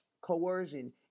Coercion